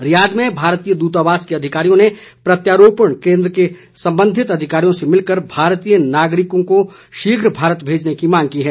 Riyadh में भारतीय दूतावास के अधिकारियों ने प्रत्यार्पण केंद्र के संबंधित अधिकारियों से मिलकर भारतीय नागरिकों को शीघ्र भारत भेजने की मांग की है